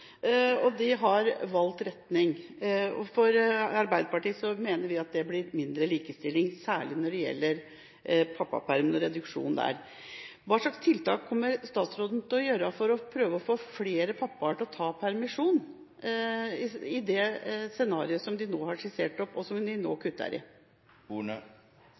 og de har valgt retning. I Arbeiderpartiet mener vi at det blir mindre likestilling, særlig når det gjelder pappapermen og reduksjonen av den. Hva slags tiltak kommer statsråden til å sette i verk for å prøve å få flere pappaer til å ta permisjon, i det scenarioet som en nå har skissert opp, og som en nå kutter i?